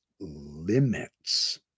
limits